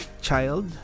child